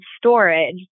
storage